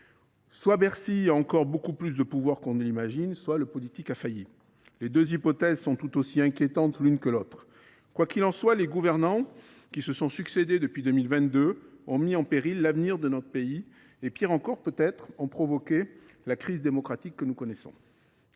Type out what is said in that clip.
Soit Bercy a encore beaucoup plus de pouvoirs qu’on ne l’imagine, soit le politique a failli. Les deux hypothèses sont tout aussi inquiétantes l’une que l’autre. Quoi qu’il en soit, les gouvernements qui se sont succédé depuis 2022 ont mis en péril l’avenir de notre pays ; pis encore, ils ont peut être provoqué la crise démocratique que nous connaissons.